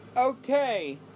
Okay